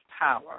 power